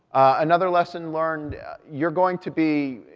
another lesson learned you're going to be,